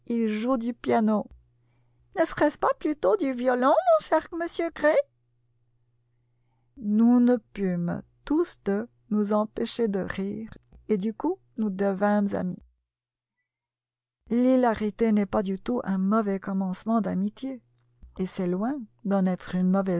du piano ne serait-ce pas plutôt du violon mon cher monsieur gray nous ne pûmes tous deux nous empêcher de rire et du coup nous devînmes amis l'hilarité n'est pas du tout un mauvais commencement d'amitié et c'est loin d'en être